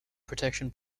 protection